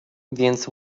więc